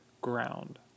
ground